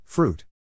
Fruit